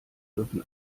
dürfen